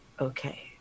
okay